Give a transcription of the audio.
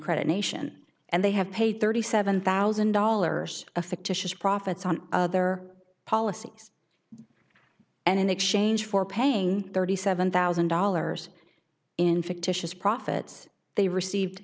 credit nation and they have paid thirty seven thousand dollars a fictitious profits on other policies and in exchange for paying thirty seven thousand dollars in fictitious profits they received